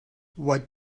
what